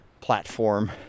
platform